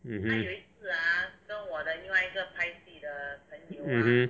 mmhmm mmhmm